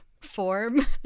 form